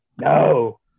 no